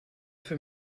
für